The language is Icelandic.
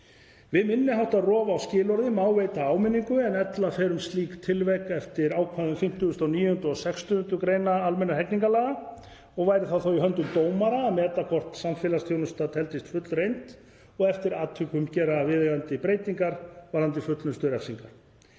Við minni háttar rof á skilyrðum má veita áminningu en ella fer um slík tilvik eftir ákvæðum 59. eða 60. gr. almennra hegningarlaga og væri það þá í höndum dómara að meta hvort samfélagsþjónusta teldist fullreynd og eftir atvikum gera viðeigandi breytingar varðandi fullnustu refsinga.